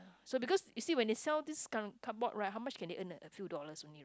so because you see when they sell this cardboard how much can they earn a few dollars only right